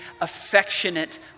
affectionate